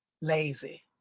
Lazy